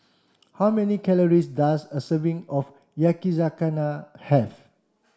how many calories does a serving of Yakizakana have